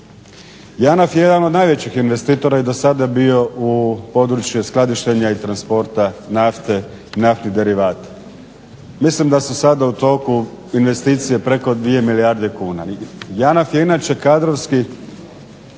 JANAF je jedan od najvećih investitora i do sada bio u području skladištenja i transporta nafte i naftnih derivata. Mislim da su sada u toku investicije preko 2 milijarde kuna. JANAF je inače kadrovski